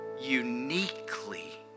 uniquely